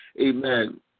amen